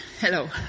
hello